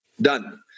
done